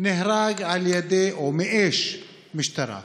שנהרג על ידי, או מאש משטרה.